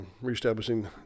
reestablishing